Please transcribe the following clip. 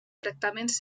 tractaments